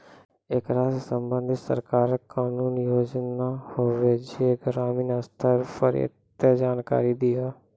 ऐकरा सऽ संबंधित सरकारक कूनू योजना होवे जे ग्रामीण स्तर पर ये तऽ जानकारी दियो?